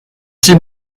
six